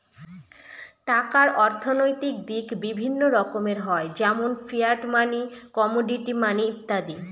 টাকার অর্থনৈতিক দিক বিভিন্ন রকমের হয় যেমন ফিয়াট মানি, কমোডিটি মানি ইত্যাদি